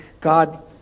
God